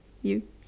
if